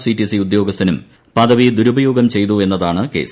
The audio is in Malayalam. സി ടി സി ഉദ്യോഗസ്ഥനും പദവി ദുരുപയോഗം ചെയ്തു എന്നതാണ് കേസ്